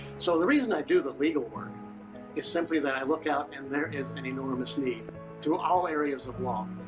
so the reason i do the legal work is simply that i look out and there is an enormous need through all areas of law.